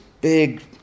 big